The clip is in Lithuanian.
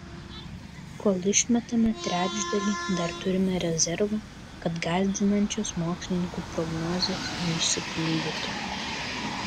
kol išmetame trečdalį dar turime rezervą kad gąsdinančios mokslininkų prognozės neišsipildytų